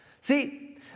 See